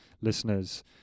listeners